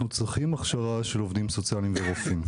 אנחנו צריכים הכשרה של עובדים סוציאליים ורופאים.